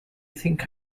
think